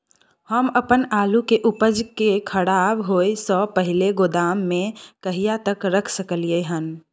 हम अपन आलू के उपज के खराब होय से पहिले गोदाम में कहिया तक रख सकलियै हन?